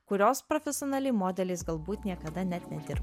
kurios profesionaliai modeliais galbūt niekada net nedirbo